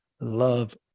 love